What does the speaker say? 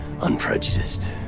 unprejudiced